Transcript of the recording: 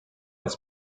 its